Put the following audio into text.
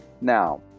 now